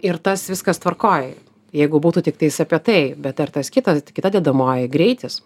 ir tas viskas tvarkoj jeigu būtų tiktais apie tai bet ar tas kitas ta kita dedamoji greitis